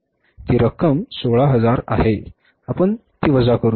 ती रक्कम 16000 आहे आपण त्या वजा करू